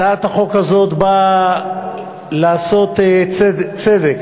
הצעת החוק הזאת באה לעשות צדק,